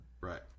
Right